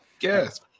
yes